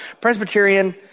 Presbyterian